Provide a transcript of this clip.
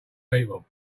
people